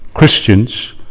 Christians